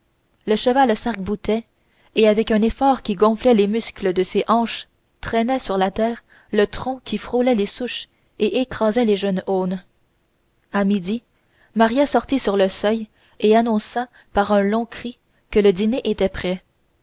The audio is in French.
le cheval sarc boutait et avec un effort qui gonflait les muscles de ses hanches traînait sur la terre le tronc qui frôlait les souches et écrasait les jeunes aunes à midi maria sortit sur le seuil et annonça par un long cri que le dîner était prêt